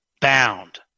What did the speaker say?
bound